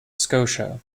scotia